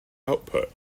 output